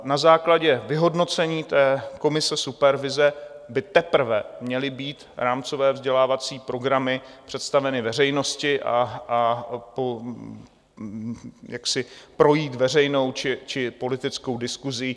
Na základě vyhodnocení té komise supervize by teprve měly být rámcové vzdělávací programy představeny veřejnosti a projít veřejnou či politickou diskusí.